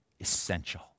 essential